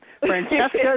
Francesca